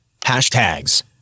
hashtags